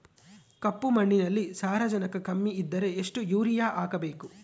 ಕಪ್ಪು ಮಣ್ಣಿನಲ್ಲಿ ಸಾರಜನಕ ಕಮ್ಮಿ ಇದ್ದರೆ ಎಷ್ಟು ಯೂರಿಯಾ ಹಾಕಬೇಕು?